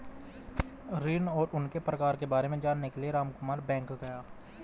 ऋण और उनके प्रकार के बारे में जानने के लिए रामकुमार बैंक गया